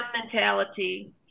mentality